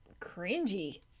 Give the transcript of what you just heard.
cringy